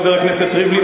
חבר הכנסת ריבלין,